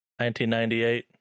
1998